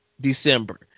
December